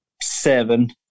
seven